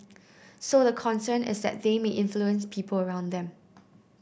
so the concern is that they may influence people around them